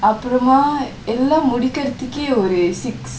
அப்பிரமா எல்லா முடிக்கிறதுக்கே ஒறு:apprumaa ellaa mudikirathuke oru six